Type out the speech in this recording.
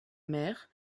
mer